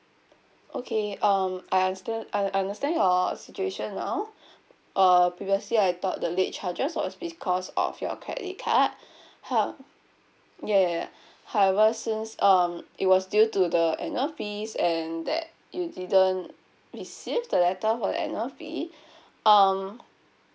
okay um I understand I understand your situation now uh previously I thought the late charges was because of your credit card how~ ya ya ya however since um it was due to the annual fees and that you didn't receive the letter for the annual fee um